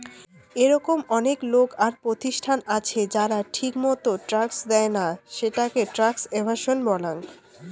এরকম অনেক লোক আর প্রতিষ্ঠান আছে যারা ঠিকমতো ট্যাক্স দেইনা, সেটাকে ট্যাক্স এভাসন বলাঙ্গ